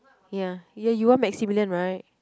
ya you you want Maximillian right